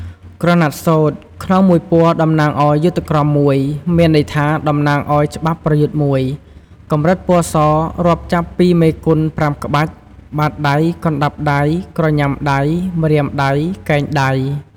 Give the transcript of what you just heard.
ក្រណាត់សូត្រ ក្នុងមួយពណ៌តំណាងឱ្យយុទ្ធក្រមមួយ មានន័យថាតំណាងឱ្យច្បាប់ប្រយុទ្ធមួយ កម្រិតពណ៌ស រាប់ចាប់ពីមេគុន ៥ក្បាច់ បាតដៃ កណ្ដាប់ដៃ ក្រញាំដៃ ម្រាមដៃ កែងដៃ ។